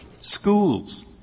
schools